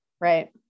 right